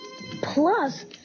Plus